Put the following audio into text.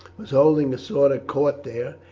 was holding a sort of court there,